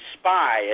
spy